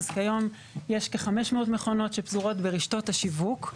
אז כיום יש כ-500 מכונות שפזורות ברשתות השיווק,